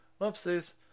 whoopsies